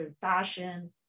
fashion